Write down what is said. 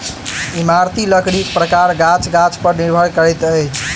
इमारती लकड़ीक प्रकार गाछ गाछ पर निर्भर करैत अछि